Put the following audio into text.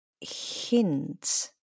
hints